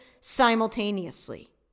simultaneously